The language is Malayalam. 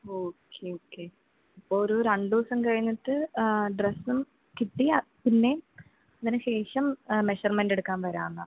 ഓക്കെ ഓക്കെ അപ്പോൾ ഒരു രണ്ടു ദിവസം കഴിഞ്ഞിട്ട് ഡ്രെസും കിട്ടി പിന്നെ അതിന് ശേഷം മെഷർമെന്റ് എടുക്കാൻ വരാം എന്നാൽ